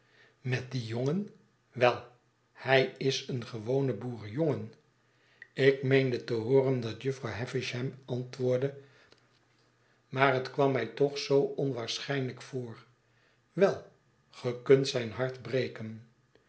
met dien jongen wel hij is een gewone boerenjongen ik meende te hooren dat jufvrouw havisham antwoordde maar het kwam mij toch zoo onwaarschijnhjk voor wel ge kunt zijn hart breken